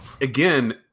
again